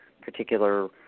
particular